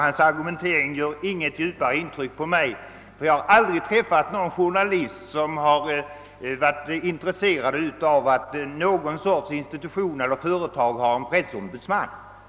Hans argumentering gjorde inget djupare intryck på mig, ty jag har aldrig träffat en journalist som har varit intresserad av att något slag av institution eller företag har en pressombudsman.